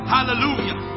Hallelujah